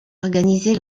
organisait